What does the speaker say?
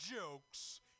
jokes